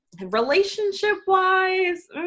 Relationship-wise